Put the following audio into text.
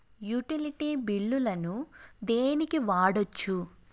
Utility బిల్లులను దేనికి వాడొచ్చు?